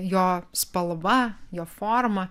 jo spalva jo forma